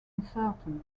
uncertain